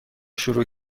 شروع